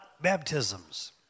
baptisms